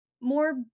more